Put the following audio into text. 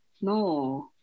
No